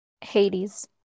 Hades